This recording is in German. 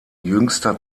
jüngster